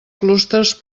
clústers